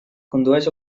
condueix